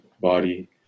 body